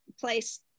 place